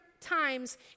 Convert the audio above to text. times